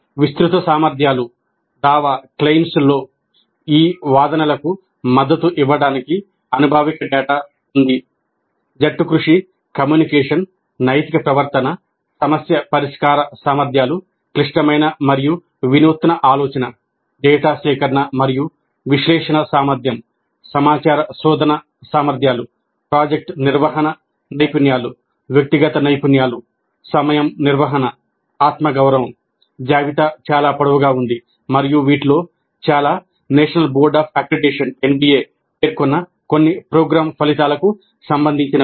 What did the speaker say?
విస్తృత సామర్థ్యాలు దావా జట్టుకృషి కమ్యూనికేషన్ నైతిక ప్రవర్తన సమస్య పరిష్కార సామర్థ్యాలు క్లిష్టమైన మరియు వినూత్న ఆలోచన డేటా సేకరణ మరియు విశ్లేషణ సామర్థ్యం సమాచార శోధన సామర్థ్యాలు ప్రాజెక్ట్ నిర్వహణ నైపుణ్యాలు వ్యక్తిగత నైపుణ్యాలు సమయం నిర్వహణ ఆత్మగౌరవం జాబితా చాలా పొడవుగా ఉంది మరియు వీటిలో చాలా నేషనల్ బోర్డ్ ఆఫ్ అక్రిడిటేషన్ పేర్కొన్న కొన్ని ప్రోగ్రామ్ ఫలితాలకు సంబంధించినవి